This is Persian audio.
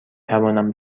توانم